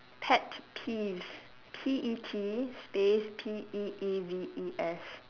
pet peeves P E T space P E E V E S